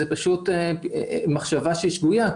אבל זאת פשוט מחשבה שגויה,